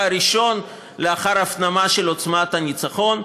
הראשון לאחר ההפנמה של עוצמת הניצחון,